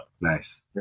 Nice